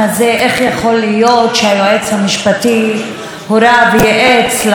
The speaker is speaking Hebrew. איך יכול להיות שהיועץ המשפטי הורה וייעץ לראש